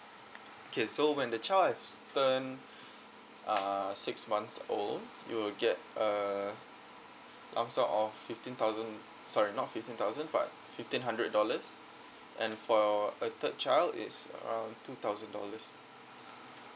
okay so when the child has turned uh six months old you will get a um sort of fifteen thousand sorry not fifteen thousand but fifteen hundred dollars and for a third child it's around two thousand dollars